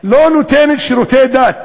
לא נותנת שירותי דת